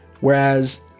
Whereas